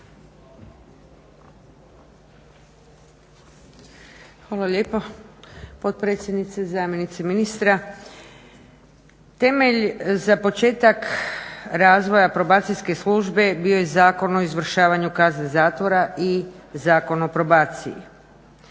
Hvala lijepo potpredsjednice i zamjenice ministra. Temelj za početak razvoja probacijske službe bio je Zakon o izvršavanju kazne zatvora i Zakon o probaciji.